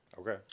Okay